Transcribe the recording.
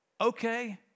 Okay